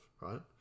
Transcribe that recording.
right